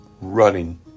running